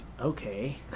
Okay